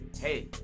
Hey